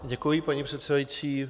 Děkuji, paní předsedající.